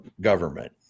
government